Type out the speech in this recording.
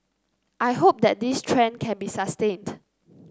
I hope that this trend can be sustained